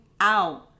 out